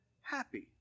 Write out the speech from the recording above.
happy